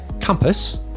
compass